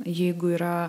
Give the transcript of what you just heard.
jeigu yra